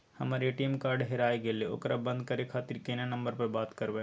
हमर ATM card हेराय गेले ओकरा बंद करे खातिर केना नंबर पर बात करबे?